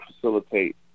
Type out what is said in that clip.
facilitate